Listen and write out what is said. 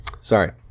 Sorry